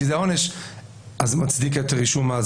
זה עדיין מצדיק את הרישום,